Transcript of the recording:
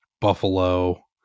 Buffalo